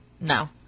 No